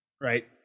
right